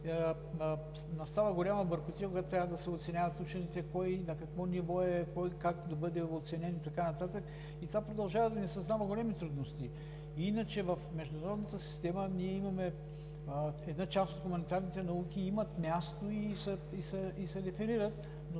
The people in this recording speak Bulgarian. настава голяма бъркотия, когато трябва да се оценяват учените кой е и на какво ниво е, кой как да бъде оценен и така нататък и това продължава да ни създава големи трудности. Иначе в международната система една част от хуманитарните науки имат място и се реферират.